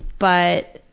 but,